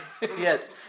Yes